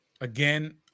again